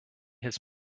his